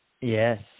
Yes